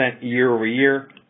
year-over-year